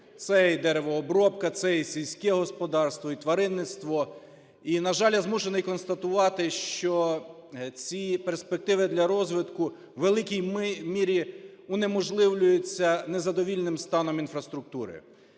це і деревообробка, це і сільське господарство, і тваринництво. І на жаль, я змушений констатувати, що ці перспективи для розвитку у великій мірі унеможливлюються незадовільним станом інфраструктури.